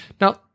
Now